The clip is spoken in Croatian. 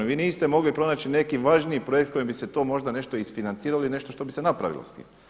Vi niste mogli pronaći neki važniji projekt s kojim bi se to možda nešto isfinanciralo i nešto što bi se napravilo s tim.